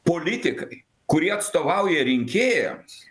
politikai kurie atstovauja rinkėjams